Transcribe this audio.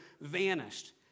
vanished